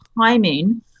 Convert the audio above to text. timing